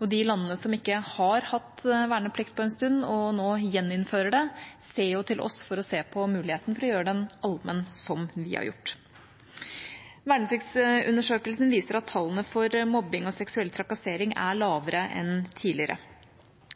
De landene som ikke har hatt verneplikt på en stund og nå gjeninnfører det, ser til oss for å se på muligheten for å gjøre den allmenn som vi har gjort. Vernepliktsundersøkelsen viser at tallene for mobbing og seksuell trakassering er lavere enn tidligere.